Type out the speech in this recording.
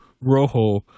Rojo